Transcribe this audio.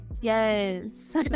Yes